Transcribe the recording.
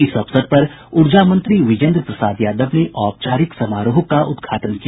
इस अवसर पर ऊर्जा मंत्री विजेन्द्र प्रसाद यादव ने औपचारिक समारोह का उद्घाटन किया